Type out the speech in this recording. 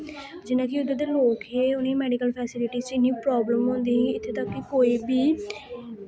जि'यां कि उद्धर दे लोक हे उ'नें गी मैडिकल फैसिलिटी च इन्नी प्राब्लम होंदी ही इत्थै तक कि कोई बी